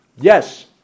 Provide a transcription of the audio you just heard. Yes